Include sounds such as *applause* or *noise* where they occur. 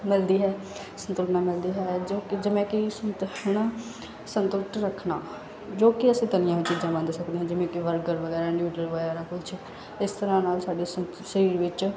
ਮਿਲਦੀ ਹੈ ਸੰਤੁਲਨਾ ਮਿਲਦੀ ਹੈ ਜੋ ਕਿ ਜਿਵੇਂ ਕਿ ਸੰਤੁ ਹੈ ਨਾ ਸੰਤੁਲਿਤ ਰੱਖਣਾ ਜੋ ਕਿ ਅਸੀਂ ਤਲੀਆਂ ਹੋਈਆਂ ਚੀਜ਼ਾਂ ਬੰਦ ਸਕਦੇ ਹਾਂ ਜਿਵੇਂ ਕਿ ਬਰਗਰ ਵਗੈਰਾ ਨਿਊਡਲ ਵਗੈਰਾ ਕੁਝ ਇਸ ਤਰ੍ਹਾਂ ਨਾਲ ਸਾਡੇ *unintelligible* ਸਰੀਰ ਵਿੱਚ